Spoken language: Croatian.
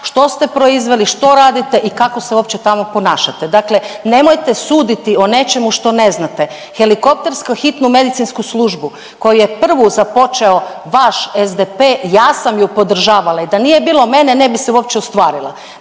što ste proizveli, što radite i kako se uopće tamo ponašate, dakle nemojte suditi o nečemu što ne znate. Helikoptersku hitnu medicinsku službu koju je prvu započeo vaš SDP ja sam ju podržavala i da nije bilo mene ne bi se uopće ostvarila,